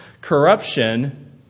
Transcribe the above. Corruption